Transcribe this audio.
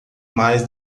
mais